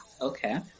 okay